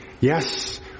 Yes